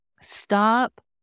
stop